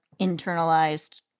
internalized